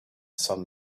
sun